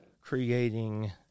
creating